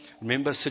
Remember